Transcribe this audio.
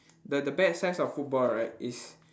the the bad sides of football right is